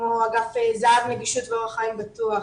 כמו אגף זה"ב נגישות ואורח חיים בטוח.